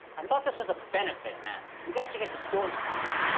i thought this was a benefit, man. you guys should get your stories straight.